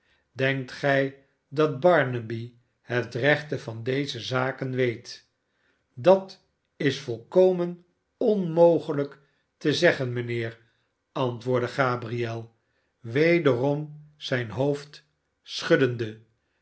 denkt gij dat barnaby het rechte van deze zaken weet dat is volkomen onmogelijk te zeggen mijnheer antwoordde gabriel barnaby rudge wederom zijn hoofd schuddende